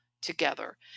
together